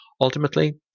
Ultimately